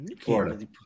Florida